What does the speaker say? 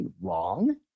wrong